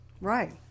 right